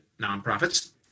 nonprofits